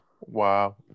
Wow